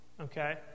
Okay